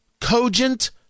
cogent